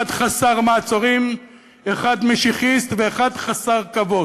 אחד חסר מעצורים, אחד משיחיסט ואחד חסר כבוד.